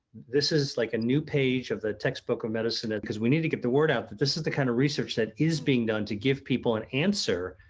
this is like a new page of the textbook of medicine, because we need to get the word out that this is the kind of research that is being done to give people an answer